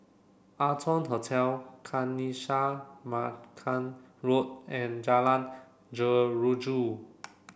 Arton Hotel Kanisha Marican Road and Jalan Jeruju